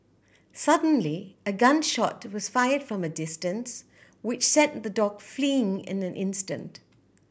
suddenly a gun shot was fired from a distance which sent the dog fleeing in an instant